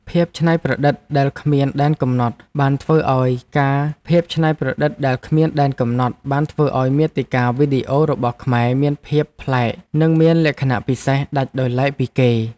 ភាពច្នៃប្រឌិតដែលគ្មានដែនកំណត់បានធ្វើឱ្យមាតិកាវីដេអូរបស់ខ្មែរមានភាពប្លែក និងមានលក្ខណៈពិសេសដាច់ដោយឡែកពីគេ។